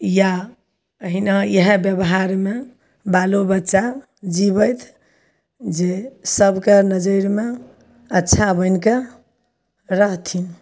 या एहिना इएह व्यवहारमे बालो बच्चा जीबैथ जे सबके नजैरिमे अच्छा बनि कऽ रहथिन